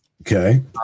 Okay